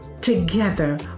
Together